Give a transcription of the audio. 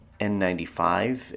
N95